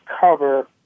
cover